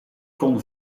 kon